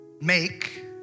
make